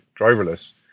driverless